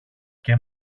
και